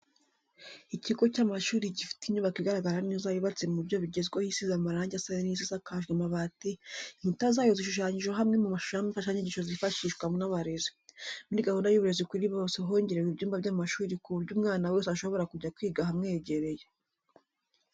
Ikigo cy'amashuri gifite inyubako igaragara neza yubatse mu buryo bugezweho isize amarange asa neza isakajwe amabati, inkuta zayo zishushanyijeho amwe mu mashusho y'imfashanyigisho zifashishwa n'abarezi. Muri gahunda y'uburezi kuri bose hongerewe ibyumba by'amashuri ku buryo umwana wese ashobora kujya kwiga ahamwegereye.